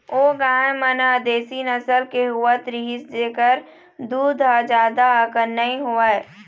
ओ गाय मन ह देसी नसल के होवत रिहिस जेखर दूद ह जादा अकन नइ होवय